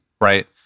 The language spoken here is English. right